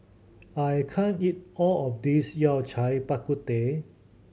I can't eat all of this Yao Cai Bak Kut Teh